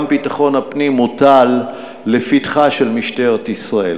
גם ביטחון הפנים מוטל לפתחה של משטרת ישראל.